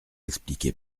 expliquer